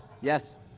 Yes